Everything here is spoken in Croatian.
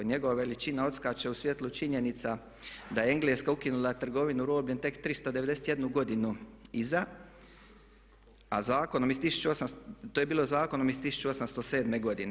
Njegova veličina odskače u svjetlu činjenica da je Engledska ukinula trgovinu robljem tek 391 godinu iza a Zakonom iz, to je bilo Zakonom iz 1907. godine.